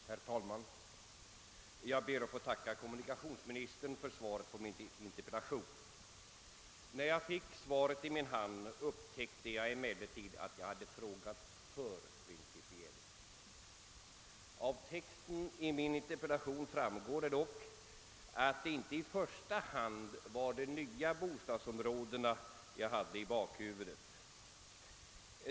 Herr talman! Jag ber att få tacka kommunikationsministern för svaret på min interpellation. När jag fick svaret i min hand upptäckte jag att jag hade frågat för principiellt. Av texten i interpellationen framgår dock att det inte i första hand var de nya bostadsområdena jag hade i tankarna.